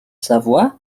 savoie